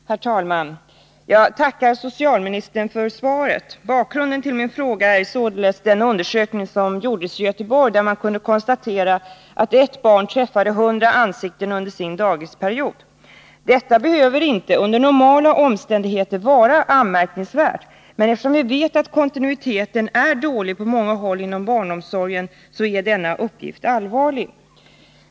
Herr talman! Jag tackar socialministern för svaret. Bakgrunden till min fråga är således den undersökning som gjordes i Göteborg, där man kunde konstatera att ett barn träffade 100 ansikten under sin dagisperiod. Detta behöver inte — under normala omständigheter — vara anmärkningsvärt, men eftersom vi vet att kontinuiteten är dålig på många håll inom barnomsorgen, är denna uppgift allvarlig.